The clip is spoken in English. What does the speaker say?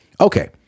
Okay